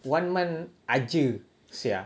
one month jer sia